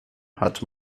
hat